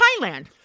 Thailand